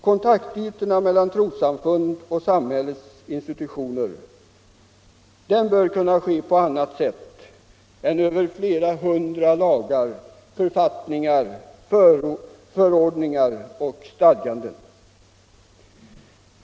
Kontakterna mellan trossamfund och samhällsinstitutioner bör kunna ske på annat sätt än över flera hundra lagar, författningar, förordningar och stadganden.